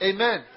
Amen